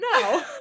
no